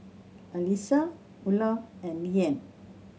Alyssia Ula and Leanne